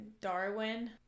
Darwin